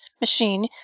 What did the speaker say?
machine